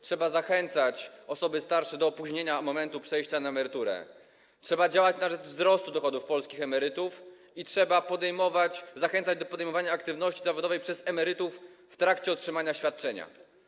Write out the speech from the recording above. Trzeba zachęcać osoby starsze do opóźnienia momentu przejścia na emeryturę, trzeba działać na rzecz wzrostu dochodów polskich emerytów i trzeba zachęcać do podejmowania aktywności zawodowej przez emerytów w trakcie otrzymywania świadczenia.